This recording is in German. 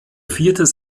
viertes